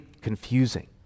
confusing